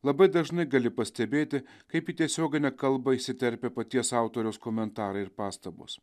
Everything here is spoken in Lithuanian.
labai dažnai gali pastebėti kaip į tiesioginę kalbą įsiterpia paties autoriaus komentarai ir pastabos